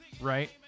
right